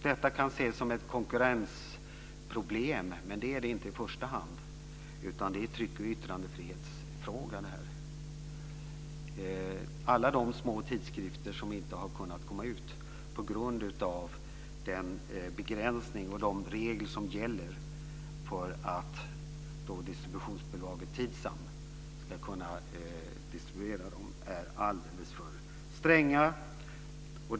Detta kan ses som ett konkurrensproblem, men det är det inte i första hand. I första hand är det en tryck och yttrandefrihetsfråga. Många små tidskrifter har inte kunnat komma ut på grund av denna begränsning. De regler som gäller för att distributionsbolaget Tidsam ska distribuera dem är alldeles för stränga.